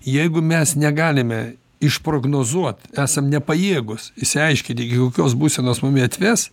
jeigu mes negalime išprognozuot esam nepajėgūs išsiaiškiti iki kokios būsenos mumi atves